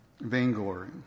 vainglory